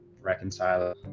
reconcile